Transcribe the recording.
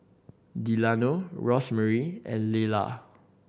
Delano Rosemarie and Lelah